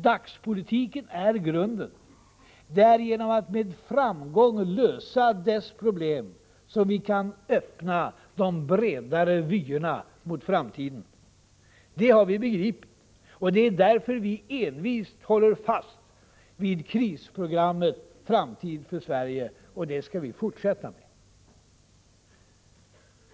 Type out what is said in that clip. Dagspolitiken är grunden. Det är genom att med framgång lösa dess problem som vi kan öppna de bredare vyerna mot framtiden. Det har vi begripit. Det är därför vi envist håller fast vid krisprogrammet Framtid för Sverige. Det skall vi fortsätta med.